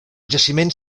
jaciment